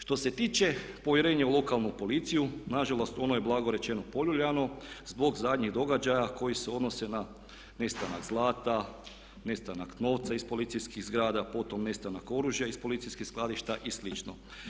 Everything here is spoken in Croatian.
Što se tiče povjerenja u lokalnu policiju nažalost ono je blago rečeno poljuljano zbog zadnjih događaja koji se odnose na nestanak zlata, nestanak novca iz policijskih zgrada, potom nestanak oružja iz policijskih skladišta i slično.